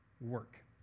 work